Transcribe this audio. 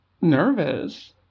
nervous